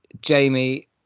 Jamie